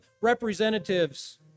representatives